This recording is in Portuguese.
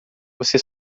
você